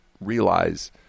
realize